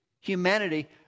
humanity